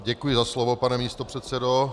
Děkuji za slovo, pane místopředsedo.